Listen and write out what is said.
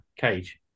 cage